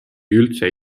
üldse